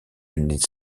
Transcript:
une